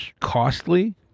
costly